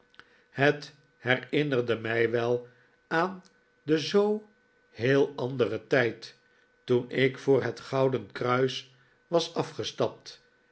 het herinnerde mij wel aan den zoo heel anderen tijd toen ik voor het gouden kruis was afgestapt